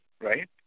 right